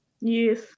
Yes